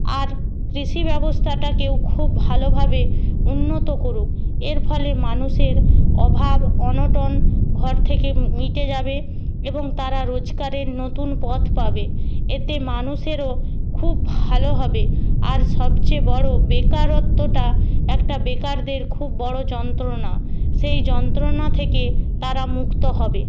আর কৃষিব্যবস্থাটাকেও খুব ভালোভাবে উন্নত করুক এর ফলে মানুষের অভাব অনটন ঘর থেকে মিটে যাবে এবং তারা রোজগারের নতুন পথ পাবে এতে মানুষেরও খুব ভালো হবে আর সবযেয়ে বড়ো বেকারত্বটা একটা বেকারদের খুব বড়ো যন্ত্রণা সেই যন্ত্রণা থেকে তারা মুক্ত হবে